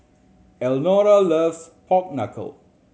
Elnora loves pork knuckle